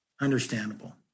understandable